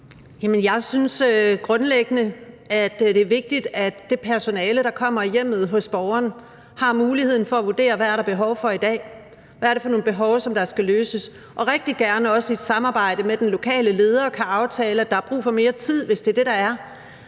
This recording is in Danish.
grundlæggende, det er vigtigt, at det personale, der kommer i hjemmet hos borgeren, har mulighed for at vurdere, hvad der er behov for den dag. Hvad er det for nogle behov, der skal dækkes? Og man må også rigtig gerne i samarbejde med den lokale leder kunne aftale, at der er brug for mere tid, hvis det er det, der er